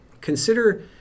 consider